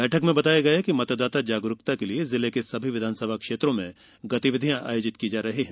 बैठक में बताया गया कि मतदाता जागरूकता के लिये जिले के सभी विधानसभा क्षेत्रों में गतिविधियां आयोजित की जा रही हैं